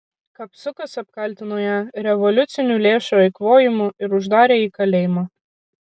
kapsukas apkaltino ją revoliucinių lėšų eikvojimu ir uždarė į kalėjimą